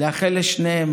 נאחל לשניהם,